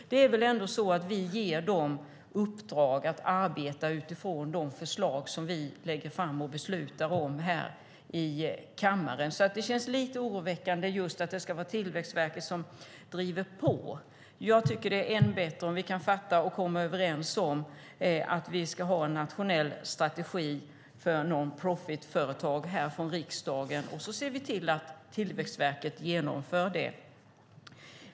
Det är väl ändå så att vi ger dem i uppdrag att arbeta utifrån de förslag som vi lägger fram och beslutar om här i kammaren. Det känns lite oroväckande att det ska vara Tillväxtverket som driver på. Jag tycker att det är ännu bättre om vi kan fatta beslut och komma överens om att vi ska ha en nationell strategi för non-profit-företag här i riksdagen, och så ser vi till att Tillväxtverket genomför det.